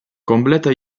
completa